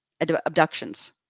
abductions